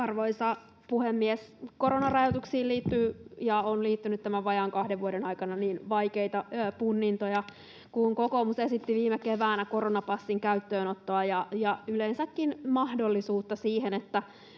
Arvoisa puhemies! Koronarajoituksiin liittyy ja on liittynyt tämän vajaan kahden vuoden aikana vaikeita punnintoja. Kun kokoomus esitti viime keväänä koronapassin käyttöönottoa ja yleensäkin mahdollisuutta siihen,